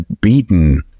beaten